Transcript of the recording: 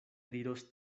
diros